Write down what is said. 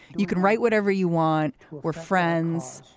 you can write whatever you want. we're friends.